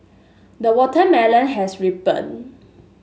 the watermelon has ripened